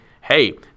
hey